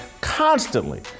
constantly